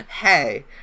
hey